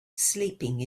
sleeping